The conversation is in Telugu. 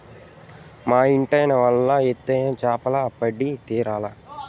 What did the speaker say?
మా ఇంటాయన వల ఏత్తే చేపలు పడి తీరాల్ల